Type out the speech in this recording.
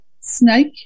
SNAKE